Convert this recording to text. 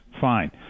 fine